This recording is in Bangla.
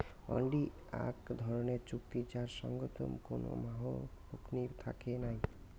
হুন্ডি আক ধরণের চুক্তি যার সঙ্গত কোনো মাহও পকনী থাকে নাই